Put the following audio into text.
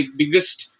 biggest